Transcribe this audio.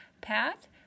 path